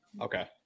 Okay